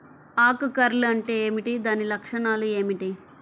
ఆకు కర్ల్ అంటే ఏమిటి? దాని లక్షణాలు ఏమిటి?